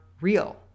real